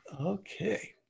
okay